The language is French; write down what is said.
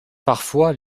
parfois